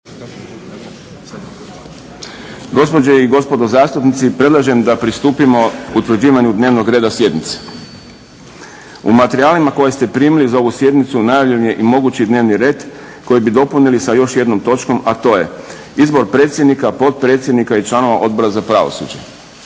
Gospođe i gospodo zastupnici, predlažem da pristupimo utvrđivanju dnevnog reda sjednice. U materijalima koje ste primili za ovu sjednicu najavljen je i mogući dnevni red koji bi dopunili sa još jednom točkom, a to je Izbor predsjednika, potpredsjednika i članova Odbora za pravosuđe.